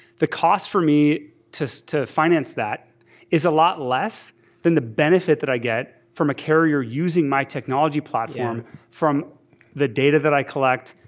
the cost for me to to finance that is a lot less than the benefit that i get from a carrier using my technology platform from the data that i collect,